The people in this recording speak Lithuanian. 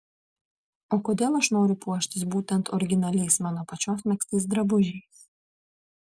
o kodėl aš noriu puoštis būtent originaliais mano pačios megztais drabužiais